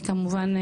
כי כמובן,